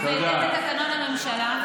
ולפי תקנון הממשלה,